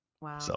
Wow